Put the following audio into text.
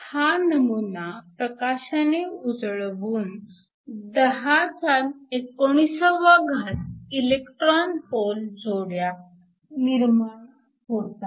हा नमुना प्रकाशाने उजळवून 1019 इलेक्ट्रॉन होल जोड्या निर्माण होतात